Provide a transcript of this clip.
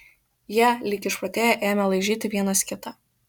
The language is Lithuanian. jie lyg išprotėję ėmė laižyti vienas kitą